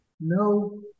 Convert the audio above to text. no